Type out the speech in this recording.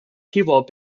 people